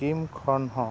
ᱠᱤᱢ ᱠᱷᱚᱱ ᱦᱚᱸ